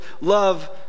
love